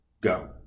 Go